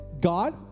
God